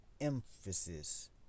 emphasis